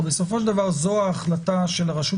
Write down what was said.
או שבסופו של דבר זו ההחלטה של הרשות